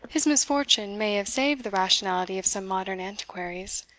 his misfortune may have saved the rationality of some modern antiquaries,